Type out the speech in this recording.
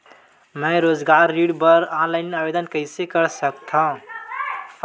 मैं रोजगार ऋण बर ऑनलाइन आवेदन कइसे कर सकथव?